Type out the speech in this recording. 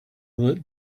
lit